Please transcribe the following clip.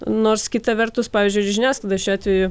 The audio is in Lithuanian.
nors kita vertus pavyzdžiui žiniasklaida šiuo atveju